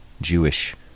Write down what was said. Jewish